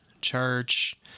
church